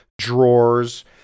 Drawers